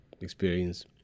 experience